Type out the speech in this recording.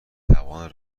توان